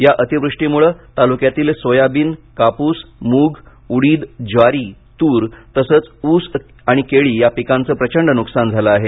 या अतिवृष्टीमुळे तालूक्यातील सोयाबीन कापूस म्ग उडीद ज्वारी तूर तसेच ऊस आणि केळी या पिकांचं प्रचंड नुकसान झाले आहे